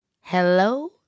Hello